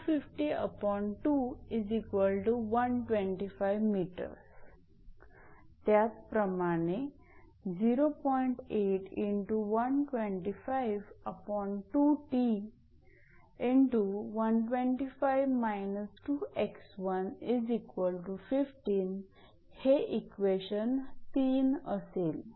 त्याचप्रमाणे हे इक्वेशन 3 असेल